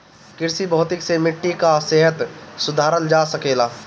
कृषि भौतिकी से मिट्टी कअ सेहत सुधारल जा सकेला